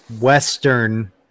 western